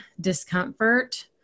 discomfort